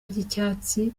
ry’icyatsi